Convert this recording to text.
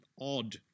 odd